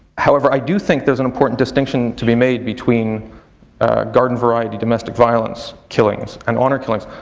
however, i do think there's an important distinction to be made between garden variety domestic violence killings and honour killings.